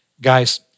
Guys